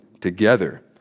together